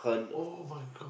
[oh]-my-God